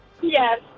yes